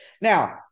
Now